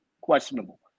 questionable